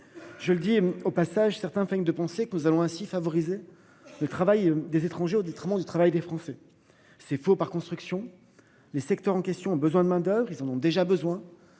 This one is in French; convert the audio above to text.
Je le dis au passage certains feignent de penser que nous allons ainsi favoriser le travail des étrangers au détriment du travail des Français. C'est faux, par construction les secteurs en question ont besoin de main d'oeuvre, ils en ont déjà besoin